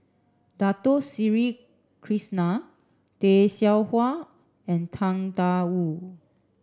Dato Sri Krishna Tay Seow Huah and Tang Da Wu